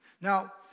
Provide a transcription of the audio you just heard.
Now